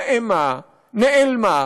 עומעמה, נעלמה,